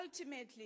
ultimately